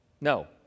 No